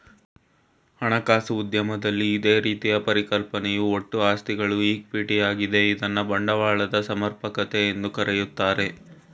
ಹಣಕಾಸು ಉದ್ಯಮದಲ್ಲಿ ಇದೇ ರೀತಿಯ ಪರಿಕಲ್ಪನೆಯು ಒಟ್ಟು ಆಸ್ತಿಗಳು ಈಕ್ವಿಟಿ ಯಾಗಿದೆ ಇದ್ನ ಬಂಡವಾಳದ ಸಮರ್ಪಕತೆ ಎಂದು ಕರೆಯುತ್ತಾರೆ